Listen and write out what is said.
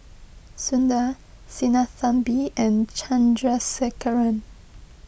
Sundar Sinnathamby and Chandrasekaran